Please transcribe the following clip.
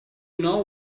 know